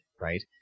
right